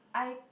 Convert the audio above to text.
I